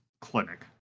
clinic